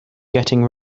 getting